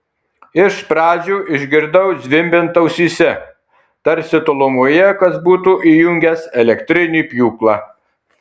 iš pradžių išgirdau zvimbiant ausyse tarsi tolumoje kas būtų įjungęs elektrinį pjūklą